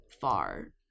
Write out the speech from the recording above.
far